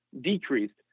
decreased